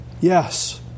yes